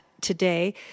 today